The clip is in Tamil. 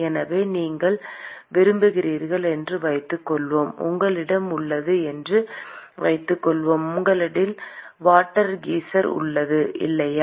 எனவே நீங்கள் விரும்புகிறீர்கள் என்று வைத்துக்கொள்வோம் உங்களிடம் உள்ளது என்று வைத்துக்கொள்வோம் உங்களிடம் வாட்டர் கீசர் உள்ளது இல்லையா